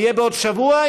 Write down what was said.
יהיה בעוד שבוע,